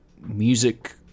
music